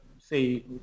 say